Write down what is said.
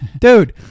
Dude